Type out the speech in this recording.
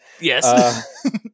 Yes